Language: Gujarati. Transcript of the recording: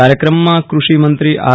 કાર્યક્રમ માં કૃષિ મંત્રી આર